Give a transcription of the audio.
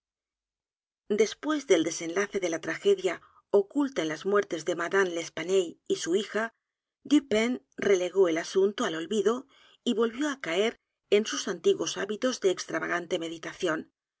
después del desenlace de la tragedia oculta en las muertes de madame l espanaye y su hija dupin relegó el asunto al olvido y volvió á caer en sus antiguos edgar poe novelas y cuentos hábitos de extravagante meditación